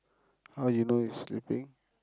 how you know it's sleeping